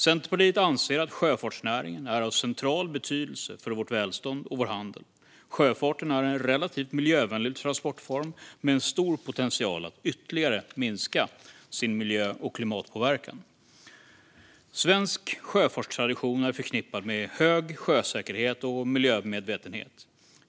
Centerpartiet anser att sjöfartsnäringen är av central betydelse för vårt välstånd och vår handel. Sjöfarten är en relativt miljövänlig transportform med en stor potential att ytterligare minska sin miljö och klimatpåverkan. Svensk sjöfartstradition är förknippad med hög sjösäkerhet och miljömedvetenhet.